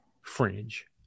fringe